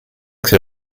c’est